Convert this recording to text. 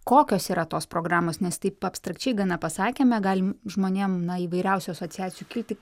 kokios yra tos programos nes taip abstrakčiai gana pasakėme galim žmonėm na įvairiausių asociacijų kilti